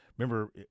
Remember